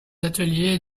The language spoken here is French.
ateliers